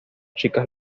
chicas